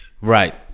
right